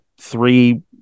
three